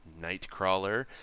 Nightcrawler